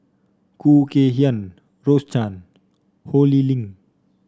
Khoo Kay Hian Rose Chan Ho Lee Ling